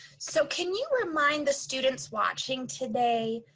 so can you remind the students watching today?